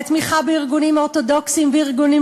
לתמיכה בארגונים אורתודוקסיים וארגונים